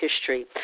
history